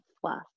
fluff